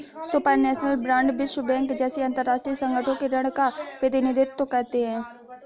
supranational bond विश्व bank जैसे अंतरराष्ट्रीय संगठनों के ऋण का प्रतिनिधित्व करते हैं